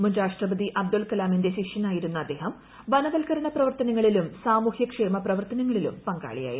മുൻ രാഷ്ട്രപതി അബ്ദുൾ കലാമിന്റെ ശിഷ്യനായിരുന്ന അദ്ദേഹം വനവൽക്കരണ പ്രവർത്തനങ്ങളിലും സാമൂഹ്യക്ഷേമ പ്രവർത്തനങ്ങളിലും പങ്കാളിയായിരുന്നു